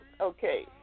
Okay